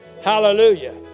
Hallelujah